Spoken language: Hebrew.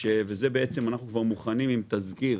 אנחנו מוכנים עם תזכיר